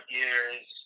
years